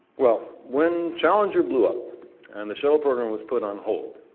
well, when challenger blew up and the shuttle program was put on hold,